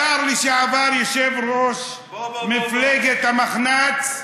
השר לשעבר, יושב-ראש מפלגת המחנה הציוני,